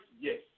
yes